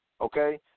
okay